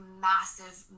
massive